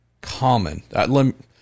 common